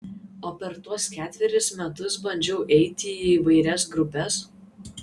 o per tuos ketverius metus bandžiau eiti į įvairias grupes